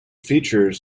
features